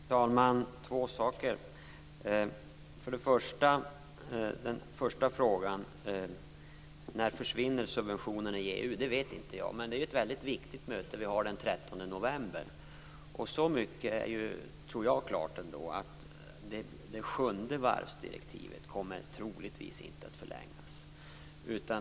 Fru talman! Två saker. Den första frågan var: När försvinner subventionerna i EU? Det vet inte jag. Men det är ett mycket viktigt möte vi har den 13 november. Så mycket tror jag är klart, att det sjunde varvsdirektivet troligtvis inte kommer att förlängas.